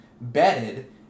bedded